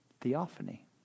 theophany